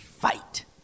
fight